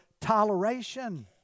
toleration